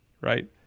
right